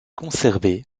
conservée